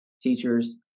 teachers